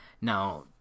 Now